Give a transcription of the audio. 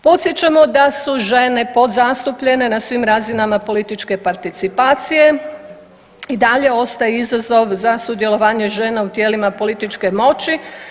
Podsjećamo da su žene podzastupljene na svim razinama političke participacije, i dalje ostaje izazov za sudjelovanje žena u tijelima političke moći.